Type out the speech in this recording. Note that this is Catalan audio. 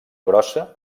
grossa